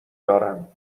دارم